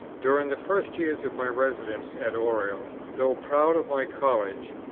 during the first years of my residence at oriel, though proud of my college,